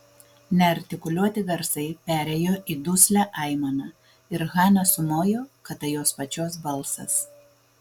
neartikuliuoti garsai perėjo į duslią aimaną ir hana sumojo kad tai jos pačios balsas